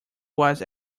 was